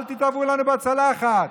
אל תתערבו לנו בצלחת.